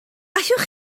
allwch